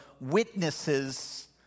witnesses